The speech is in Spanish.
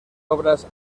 obras